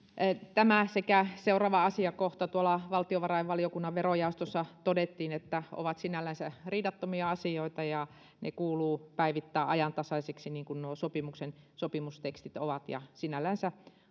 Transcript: tämän sekä seuraavan asiakohdan asian osalta tuolla valtiovarainvaliokunnan verojaostossa todettiin että ne ovat sinällänsä riidattomia asioita ja ne kuuluu päivittää ajantasaisiksi siten kuin nuo sopimuksen sopimustekstit ovat sinällänsä